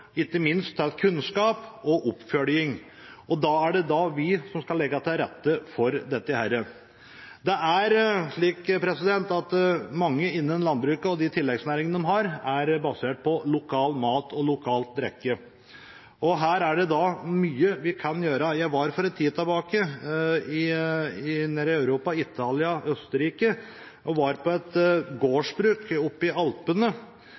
ikke minst til kunnskap og oppfølging. Det er vi som skal legge til rette for dette. Det er slik at mye innen landbruket og tilleggsnæringene er basert på lokal mat og lokal drikke. Her er det mye vi kan gjøre. Jeg var for en tid tilbake i Italia og Østerrike, på et gårdsbruk oppe i Alpene som en eldre kar drev, og